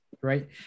right